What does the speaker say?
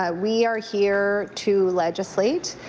ah we are here to legislate.